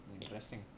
interesting